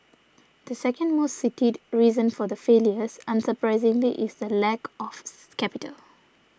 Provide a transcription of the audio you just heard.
the second most cited reason for their failures unsurprisingly is the lack of capital